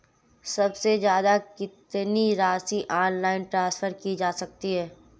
सबसे ज़्यादा कितनी राशि ऑनलाइन ट्रांसफर की जा सकती है?